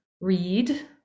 read